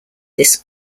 this